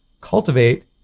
cultivate